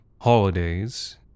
Holidays